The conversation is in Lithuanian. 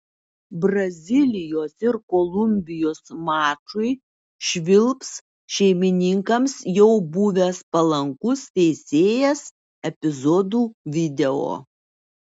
brazilijos ir kolumbijos mačui švilps šeimininkams jau buvęs palankus teisėjas epizodų video